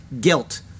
guilt